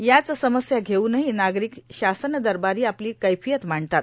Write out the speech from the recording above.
याच समस्या घेउनहो नार्गारक शासन दरबारो आपलो कैफोयत मांडतात